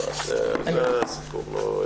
כי זה הסיפור.